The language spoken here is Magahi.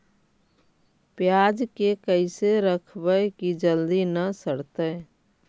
पयाज के कैसे रखबै कि जल्दी न सड़तै?